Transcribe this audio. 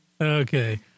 Okay